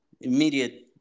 immediate